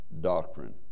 doctrine